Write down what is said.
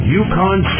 Yukon